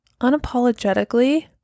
unapologetically